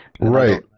Right